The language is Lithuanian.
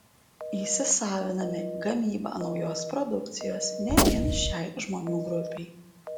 įsisaviname gamybą naujos produkcijos ne vien šiai žmonių grupei